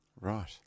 Right